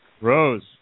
Rose